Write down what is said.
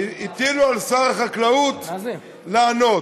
הטילו על שר החקלאות לענות,